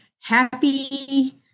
happy